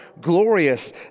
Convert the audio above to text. glorious